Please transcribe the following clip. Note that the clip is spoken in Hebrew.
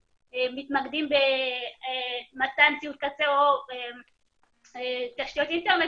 מתמקדים במתן ציוד קצה או תשתיות אינטרנט,